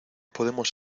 podemos